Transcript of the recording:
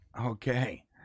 Okay